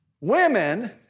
Women